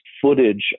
footage